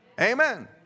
Amen